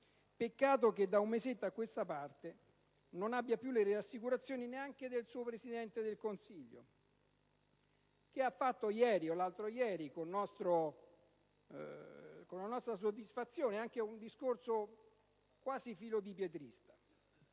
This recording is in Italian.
Peccato che da un mese a questa parte non abbia più le rassicurazioni neanche del suo Presidente del Consiglio, visto che ieri o l'altro ieri ha fatto, con nostra soddisfazione, un discorso quasi filo-dipietrista,